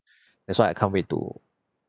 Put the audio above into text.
that's why I can't wait to